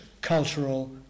cultural